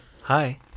Hi